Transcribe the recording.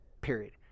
period